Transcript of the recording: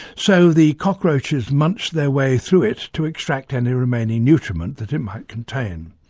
so the cockroaches munched their way through it to extract any remaining nutriment that it might contain.